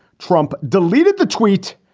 trump deleted the tweet.